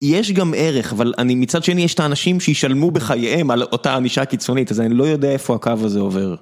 יש גם ערך אבל אני מצד שני יש את האנשים שישלמו בחייהם על אותה ענישה קיצונית אז אני לא יודע איפה הקו הזה עובר.